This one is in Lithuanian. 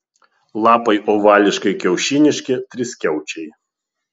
lapai ovališkai kiaušiniški triskiaučiai